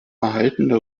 erhaltene